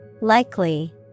Likely